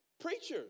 Preachers